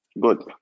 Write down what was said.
Good